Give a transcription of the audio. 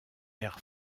air